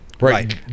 right